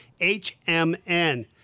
HMN